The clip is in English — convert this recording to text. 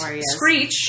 Screech